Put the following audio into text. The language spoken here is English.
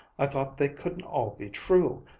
i thought they couldn't all be true.